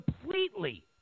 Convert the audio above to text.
completely